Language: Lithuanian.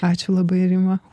ačiū labai rima